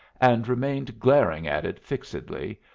and remained glaring at it fixedly,